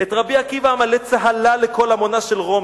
"את רבי עקיבא המלא צהלה לקול המונה של רומי"